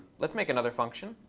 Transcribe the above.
let's make another function.